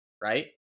right